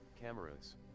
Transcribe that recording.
Cameras